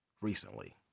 recently